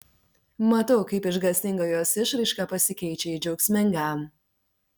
matau kaip išgąstinga jos išraiška pasikeičia į džiaugsmingą